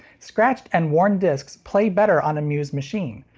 scratched and worn discs play better on a muse machine.